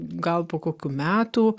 gal po kokių metų